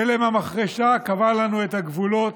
תלם המחרשה קבע לנו את הגבולות,